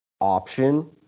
option